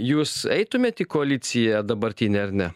jūs eitumėt į koaliciją dabartinę ar ne